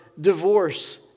divorce